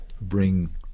bring